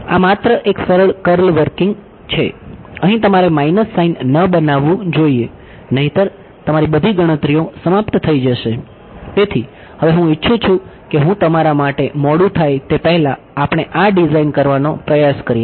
આ માત્ર એક સરળ કરવાનો પ્રયાસ કરીએ